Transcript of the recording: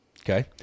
okay